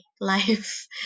life